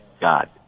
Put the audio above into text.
God